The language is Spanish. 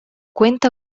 cuenta